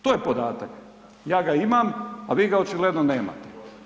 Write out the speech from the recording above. To je podatak, ja ga imam a vi ga očigledno nemate.